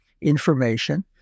information